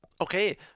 Okay